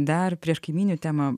dar prieš kaimynių temą